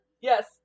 Yes